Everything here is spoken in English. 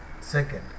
Second